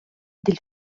del